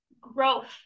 growth